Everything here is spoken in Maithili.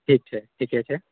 ठीक छै ठीके छै